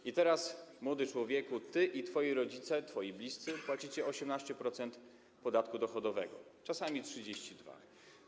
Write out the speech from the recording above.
I teraz, młody człowieku, ty i twoi rodzice, twoi bliscy płacicie 18% podatku dochodowego, czasami 32%.